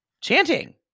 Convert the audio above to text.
Chanting